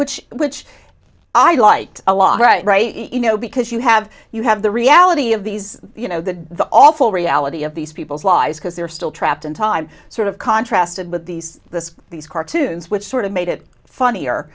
which which i liked a lot right you know because you have you have the reality of these you know the awful reality of these people's lives because they're still trapped in time sort of contrast it with these this these cartoons which sort of made it funnier